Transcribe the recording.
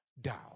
down